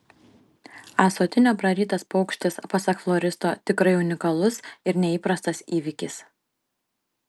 ąsotinio prarytas paukštis pasak floristo tikrai unikalus ir neįprastas įvykis